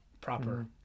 proper